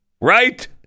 Right